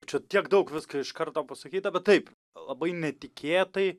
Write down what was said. čia tiek daug visko iš karto pasakyta bet taip labai netikėtai